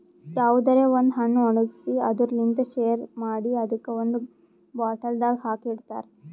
ಯಾವುದರೆ ಒಂದ್ ಹಣ್ಣ ಒಣ್ಗಿಸಿ ಅದುರ್ ಲಿಂತ್ ಶೆರಿ ಮಾಡಿ ಅದುಕ್ ಒಂದ್ ಬಾಟಲ್ದಾಗ್ ಹಾಕಿ ಇಡ್ತಾರ್